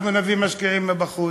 אנחנו נביא משקיעים מבחוץ,